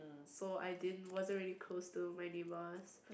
so I didn't wasn't really close to my neighbour